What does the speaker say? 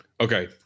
okay